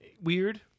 Weird